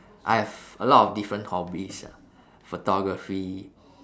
I have a lot of different hobbies ah photography